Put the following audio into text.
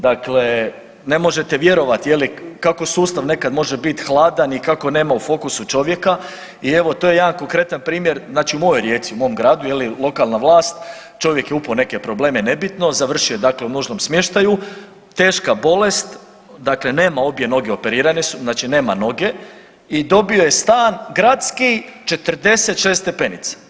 Dakle, ne možete vjerovati je li kako sustav nekad može biti hladan i kako nema u fokusu čovjeka i evo to je jedan konkretan primjer znači u mojoj Rijeci, u mom gradu, lokalna vlast, čovjek je upao u neke probleme, nebitno, završio je dakle u nužnom smještaju, teška bolest, dakle nema obje noge operirane su, znači nema noge i dobio je stan gradski 46 stepenica.